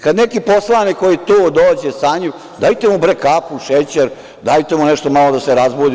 Kad neki poslanik, koji tu dođe sanjiv, dajte mu kafu, šećer, dajte mu nešto malo da se razbudi.